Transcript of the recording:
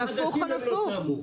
זה הפוך על הפוך.